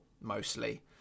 mostly